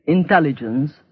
intelligence